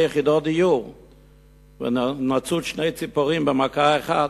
יחידות דיור ונצוד שתי ציפורים במכה אחת?